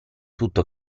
tutto